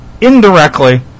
indirectly